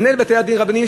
מנהל בתי-הדין הרבניים,